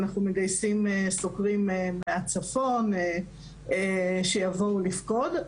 אנחנו מגייסים סוקרים מהצפון שיבואו לפקוד.